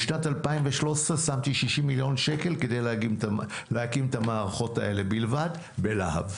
בשנת 2013 שמתי שישים מיליון שקל כדי להקים את המערכות האלה בלבד בלהב.